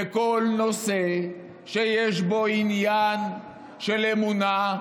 וכל נושא שיש בו עניין של אמונה,